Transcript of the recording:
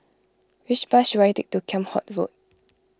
which bus should I take to Kheam Hock Road